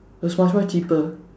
was much more cheaper